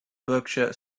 berkshire